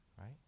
right